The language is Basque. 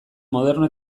moderno